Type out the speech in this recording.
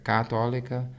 Católica